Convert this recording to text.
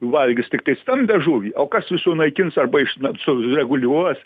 valgys tiktai stambią žuvį o kas jį sunaikins arba iš n sureguliuos